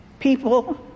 People